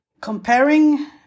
comparing